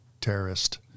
terrorist